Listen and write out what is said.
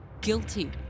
guilty